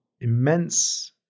immense